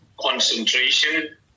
concentration